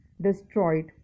destroyed